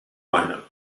lineup